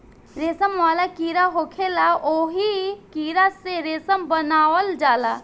रेशम वाला कीड़ा होखेला ओही कीड़ा से रेशम बनावल जाला